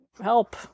help